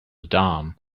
dawn